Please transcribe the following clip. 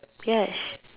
yes